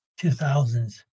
2000s